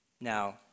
Now